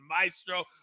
maestro